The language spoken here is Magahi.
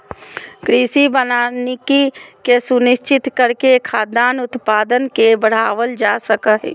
कृषि वानिकी के सुनिश्चित करके खाद्यान उत्पादन के बढ़ावल जा सक हई